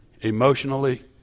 emotionally